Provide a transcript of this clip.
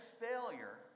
failure